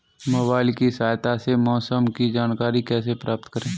Mobile की सहायता से मौसम की जानकारी कैसे प्राप्त करें?